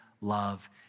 love